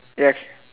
yes